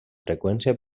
freqüència